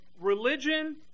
religion